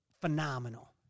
phenomenal